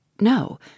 No